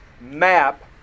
map